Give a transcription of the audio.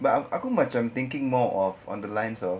but aku aku macam thinking more of on the lines of